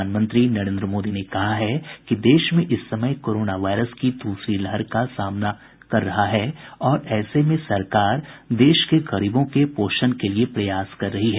प्रधानमंत्री नरेंद्र मोदी ने कहा है कि देश इस समय कोरोना वायरस की दूसरी लहर का सामना कर रहा है और ऐसे में सरकार देश के गरीबों के पोषण के लिए प्रयास कर रही है